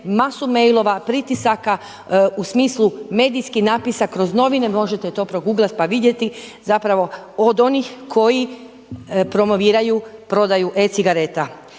masu mailova, pritisaka u smislu medijskih napisa kroz novine, možete to proguglati pa vidjeti zapravo od onih koji promoviraju prodaju e-cigareta.